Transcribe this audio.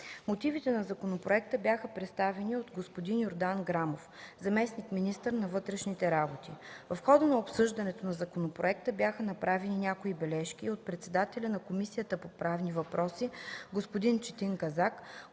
Мотивите на законопроекта бяха представени от господин Йордан Грамов – заместник-министър на вътрешните работи. В хода на обсъждането на законопроекта бяха направени някои бележки от председателя на Комисията по правни въпроси господин Четин Казак,